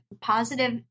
positive